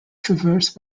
traversed